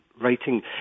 writing